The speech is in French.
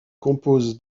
compose